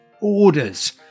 orders